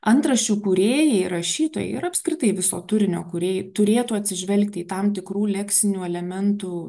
antraščių kūrėjai rašytojai ir apskritai viso turinio kūrėjai turėtų atsižvelgti į tam tikrų leksinių elementų